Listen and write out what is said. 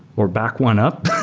or back one up